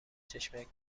چشمک